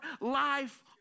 life